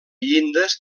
llindes